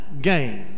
game